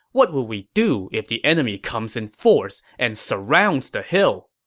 what would we do if the enemy comes in force and surrounds the hill?